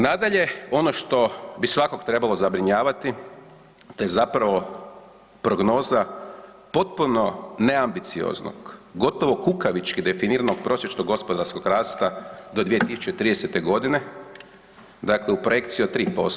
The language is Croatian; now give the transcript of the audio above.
Nadalje, ono što bi svakog trebalo zabrinjavati to je zapravo prognoza potpuno neambicioznog, gotovo kukavički definiranog prosječnog gospodarskog rasta do 2030.g., dakle u projekciji od 3%